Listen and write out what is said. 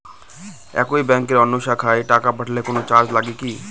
একই ব্যাংকের অন্য শাখায় টাকা পাঠালে কোন চার্জ লাগে কি?